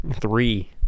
three